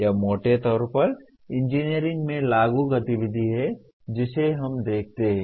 यह मोटे तौर पर इंजीनियरिंग में लागू गतिविधि है जिसे हम देखते हैं